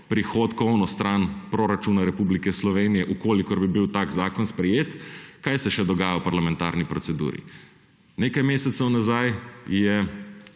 prihodkovno stran proračuna Republike Slovenije, če bi bil tak zakon sprejet, dogaja v parlamentarni proceduri? Nekaj mesecev nazaj je